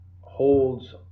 holds